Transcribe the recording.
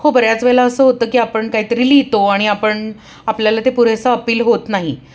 हो बऱ्याच वेळेला असं होतं की आपण कायतरी लिहितो आणि आपण आपल्याला ते पुरेसं अपील होत नाही